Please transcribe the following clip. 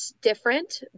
different